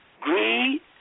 greed